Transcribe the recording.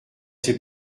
ces